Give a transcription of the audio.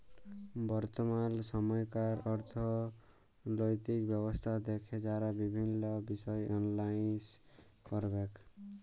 বর্তমাল সময়কার অথ্থলৈতিক ব্যবস্থা দ্যাখে যারা বিভিল্ল্য বিষয় এলালাইস ক্যরবেক